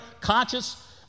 conscious